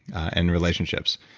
and relationships.